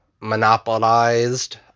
monopolized